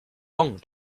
long